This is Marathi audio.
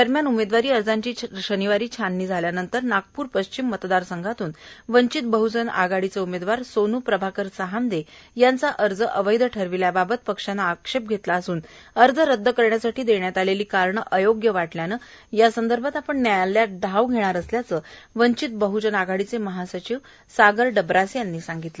दरम्यान उमेदवारी अर्जाची शनिवारी छाणणी झाल्यानंतर नागपूर पश्चिम मतदार संघातून वंचित बहजन आघाडीचे उमेदवार सोन् प्रभाकर चहांदे यांचा अर्ज अवैध ठरविल्याबाबत पक्षानं आक्षेप घेतला असून अर्ज रद्द करण्यासाठी देण्यात आलेली कारण अयोग्य वाटल्यानं यासंदर्भात आपण न्यायालयात धाव धेणार असल्याचं वंचित बहजन आघाडीचे महासचिव सागर डबरासे यांनी सांगितलं